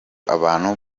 abantu